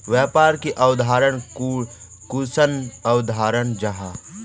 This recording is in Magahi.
व्यापार की अवधारण कुंसम अवधारण जाहा?